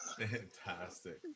Fantastic